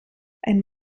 ein